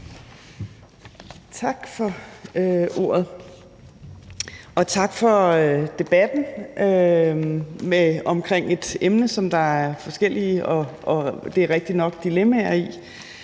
Tak for ordet, og tak for debatten om et emne, som der er forskellige – og det er rigtigt nok – dilemmaer i.